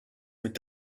mit